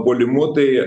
puolimu tai